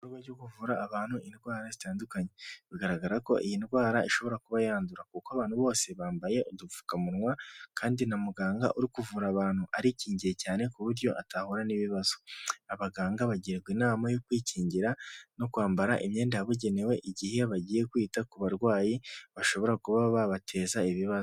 Kuvura abantu indwara zitandukanye , bigaragara ko iyi ndwara ishobora kuba yandura , kuko abantu bose bambaye udupfukamunwa , kandi na muganga uri kuvura abantu, arikingiye cyane ku buryo atahura n'ibibazo. Abaganga bagirwa inama yo kwikingira no kwambara imyenda yabugenewe igihe bagiye kwita ku barwayi bashobora kuba babateza ibibazo.